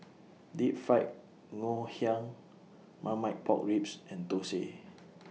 Deep Fried Ngoh Hiang Marmite Pork Ribs and Thosai